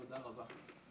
תודה רבה.